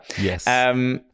Yes